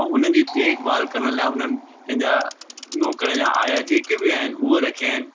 ऐं हुनजी देखभाल करण लाइ हुननि पंहिंजा नौकिर या आया जेके बि आहिनि उहा रखिया आहिनि